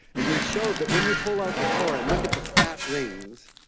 and we showed that when you pull out the core and look at the fat rings,